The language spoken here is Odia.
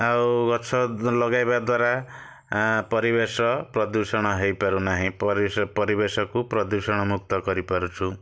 ଆଉ ଗଛ ଲଗେଇବା ଦ୍ଵାରା ପରିବେଶ ପ୍ରଦୂଷଣ ହେଇପାରୁନାହିଁ ପରିବେଶ ପରିବେଶକୁ ପ୍ରଦୂଷଣ ମୁକ୍ତ କରିପାରୁଛୁ